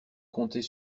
compter